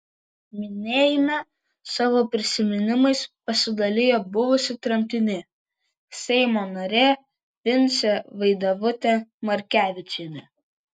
minėjime savo prisiminimais pasidalijo buvusi tremtinė seimo narė vincė vaidevutė markevičienė